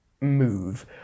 move